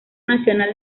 nacional